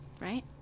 right